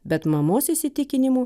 bet mamos įsitikinimu